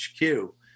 HQ